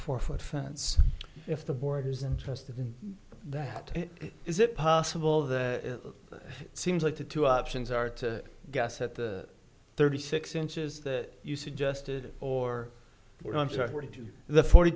four foot fence if the boarders interested in that is it possible that seems like the two options are to guess at the thirty six inches that you suggested or we're going to according to the forty